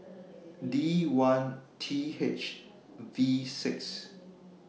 D one T H V six